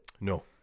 no